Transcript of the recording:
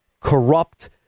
corrupt